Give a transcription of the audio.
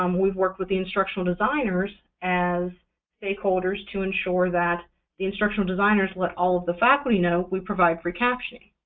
um we've worked with the instructional designers as stakeholders to ensure that the instructional designers let all of the faculty know we provide free captioning.